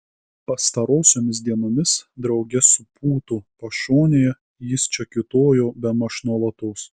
pastarosiomis dienomis drauge su pūtu pašonėje jis čia kiūtojo bemaž nuolatos